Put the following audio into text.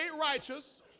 righteous